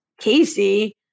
Casey